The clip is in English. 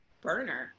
burner